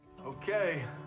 Okay